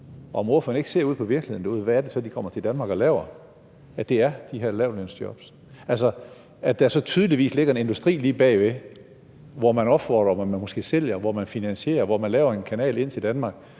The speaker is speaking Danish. ordføreren ikke på virkeligheden derude og ser på, hvad det så er, de kommer til Danmark og laver? Det er de her lavtlønsjobs, og der ligger altså så tydeligvis en industri lige bagved, hvor man opfordrer, hvor man måske sælger, hvor man finansierer, og hvor man laver en kanal ind til Danmark